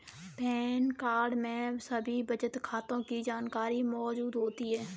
pan card में सभी बचत खातों की जानकारी मौजूद होती है